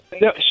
No